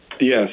Yes